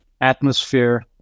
atmosphere